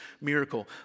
miracle